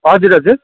हजुर हजुर